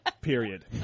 period